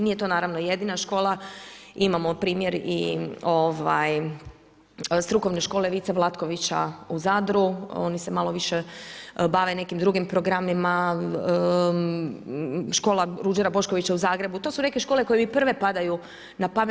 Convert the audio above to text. Nije to naravno jedina škola, imamo primjer i strukovne škole „Vice Vlatkovića“ u Zadru, oni se malo više bave nekim drugim programima, škola Ruđera Boškovića u Zagrebu, to su neke škole koje mi prve padaju na pamet.